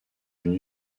une